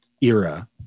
era